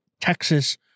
Texas